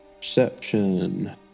Perception